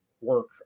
work